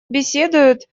беседует